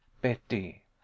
betty